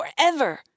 forever